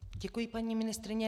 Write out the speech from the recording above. Děkuji, paní ministryně.